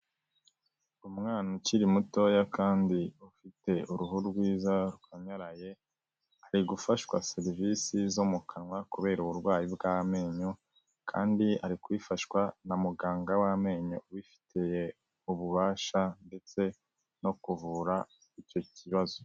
Umwana ukiri mutoya kandi ufite uruhu rwiza rukanyaraye, ari gufashwa serivisi zo mu kanwa kubera uburwayi bw'amenyo kandi ari kubifashwa na muganga w'amenyo ubifitiye ububasha ndetse no kuvura icyo kibazo.